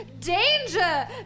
danger